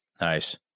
Nice